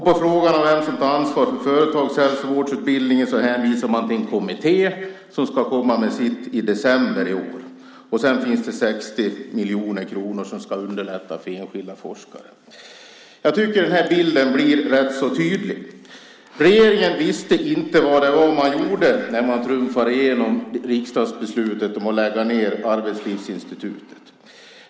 På frågan om vem som tar ansvar för företagshälsovårdsutbildningen hänvisar man till en kommitté som ska komma med sitt förslag i december i år. Vidare finns det 60 miljoner kronor som ska underlätta för enskilda forskare. Jag tycker att bilden blir rätt så tydlig: Regeringen visste inte vad det var man gjorde när man trumfade igenom riksdagsbeslutet om att lägga ned Arbetslivsinstitutet.